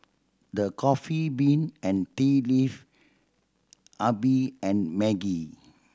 The Coffee Bean and Tea Leaf Habibie and Maggi